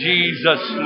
Jesus